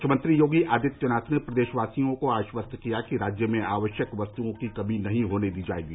मुख्यमंत्री योगी आदित्यनाथ ने प्रदेशवासियों को आश्वस्त किया कि राज्य में आवश्यक वस्तुओं की कमी नहीं होने दी जाएगी